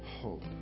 Hope